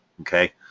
okay